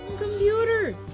computer